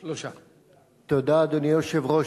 תודה, אדוני היושב-ראש.